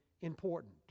important